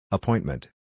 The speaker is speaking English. Appointment